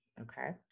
Okay